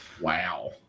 Wow